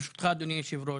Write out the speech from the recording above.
ברשותך אדוני יושב הראש,